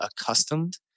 accustomed